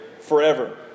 forever